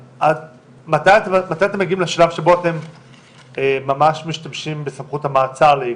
מתי אתם מגיעים לשלב שבו אתם ממש משתמשים בסמכות המעצר לעיכוב?